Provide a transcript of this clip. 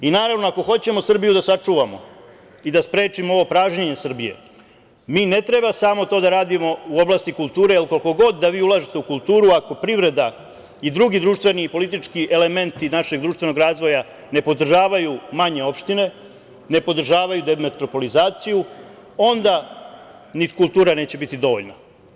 Naravno, ako hoćemo Srbiju da sačuvamo i da sprečimo ovo pražnjenje Srbije, mi ne treba samo to da radimo u oblasti kulture, jer koliko god da vi ulažete u kulturu, ako privreda i drugi društveni i politički elementi našeg društvenog razvoja ne podržavaju manje opštine, ne podržavaju demetropolizaciju, onda ni kultura neće biti dovoljna.